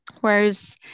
Whereas